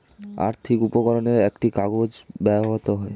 আর্থিক উপকরণে একটি কাগজ ব্যবহৃত হয়